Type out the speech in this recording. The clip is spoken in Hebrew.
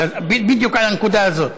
בדיוק על הנקודה הזאת.